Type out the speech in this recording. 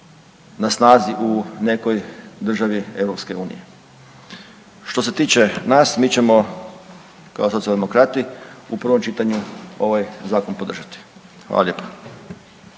na snazi u nekoj državi EU. Što se tiče nas mi ćemo kao Socijaldemokrati u prvom čitanju ovaj zakon podržati. Hvala lijepo.